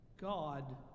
God